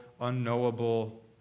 unknowable